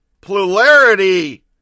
plurality